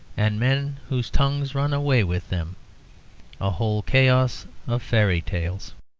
and men whose tongues run away with them a whole chaos of fairy tales.